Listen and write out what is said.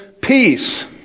peace